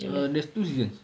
err there's two seasons